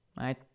right